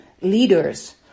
leaders